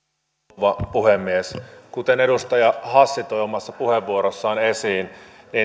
rouva puhemies kuten edustaja hassi toi omassa puheenvuorossaan esiin